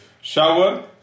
shower